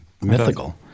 mythical